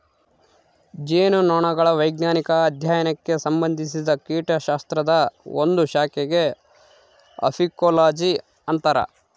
ಜೇನುನೊಣಗಳ ವೈಜ್ಞಾನಿಕ ಅಧ್ಯಯನಕ್ಕೆ ಸಂಭಂದಿಸಿದ ಕೀಟಶಾಸ್ತ್ರದ ಒಂದು ಶಾಖೆಗೆ ಅಫೀಕೋಲಜಿ ಅಂತರ